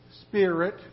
Spirit